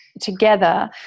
together